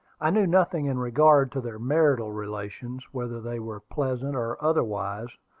i knew nothing in regard to their marital relations, whether they were pleasant or otherwise,